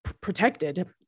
protected